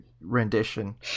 rendition